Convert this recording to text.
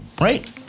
Right